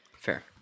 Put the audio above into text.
Fair